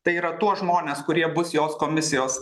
tai yra tuos žmones kurie bus jos komisijos